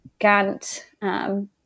Gantt